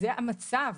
זה המצב.